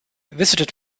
visited